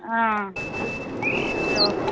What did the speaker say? ஆ சரி ஓகே